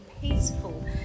peaceful